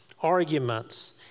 arguments